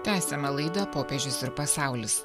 tęsiame laidą popiežius ir pasaulis